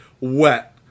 wet